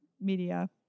media